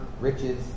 riches